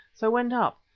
so went up.